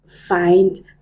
find